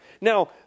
Now